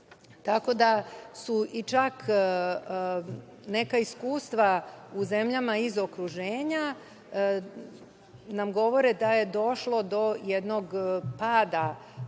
tako da su i čak neka iskustva u zemljama iz okruženja nam govore da je došlo do jednog pada